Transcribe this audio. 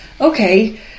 Okay